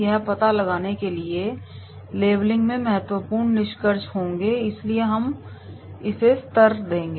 यह पता लगाने के लिए कि लेबलिंग में महत्वपूर्ण निष्कर्ष होंगे इसलिए हम इसे स्तर देंगे